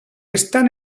están